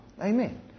Amen